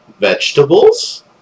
Vegetables